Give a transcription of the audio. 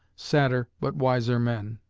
sadder but wiser men.